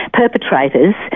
perpetrators